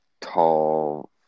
tall